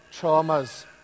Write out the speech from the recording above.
traumas